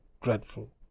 dreadful